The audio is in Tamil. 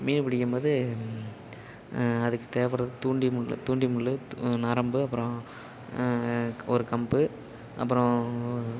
மீன் பிடிக்கும்போது அதுக்கு தேவைப்பட்றது தூண்டி முள் தூண்டில் முள் து நரம்பு அப்பறம் ஒரு கம்பு அப்பறம்